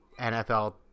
NFL